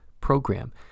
Program